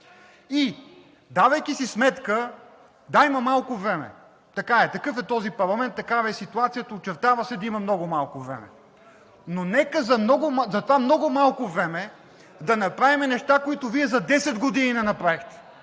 е целият проблем. Да, има малко време, такъв е този парламент, такава е ситуацията, очертава се да има много малко време, но нека за това много малко време да направим неща, които Вие за десет години не направихте.